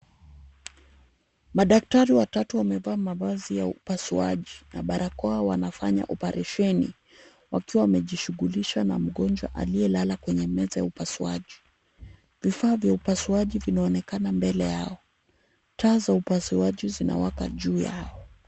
Madaktari watatu wamevaa mavazi ya upasuaji na barakoa, wanafanya oparesheni wakiwa wamejishughulisha na mgonjwa aliyelala kwenye meza ya upasuaji. Vifaa vya upasuaji vinaonekana mbele yao. Taa za upasuaji zinawaka juu yao.